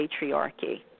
patriarchy